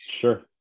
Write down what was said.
sure